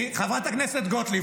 חברת הכנסת גוטליב,